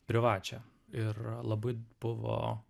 privačią ir labai buvo